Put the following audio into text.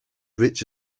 rich